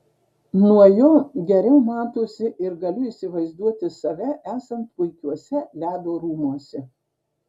nuo jo geriau matosi ir galiu įsivaizduoti save esant puikiuose ledo rūmuose